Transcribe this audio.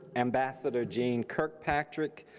ambassador jean kirkpatrick,